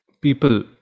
people